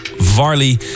Varley